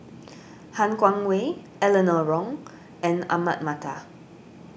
Han Guangwei Eleanor Wong and Ahmad Mattar